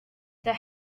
the